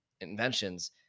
inventions